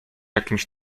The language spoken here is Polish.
jakimś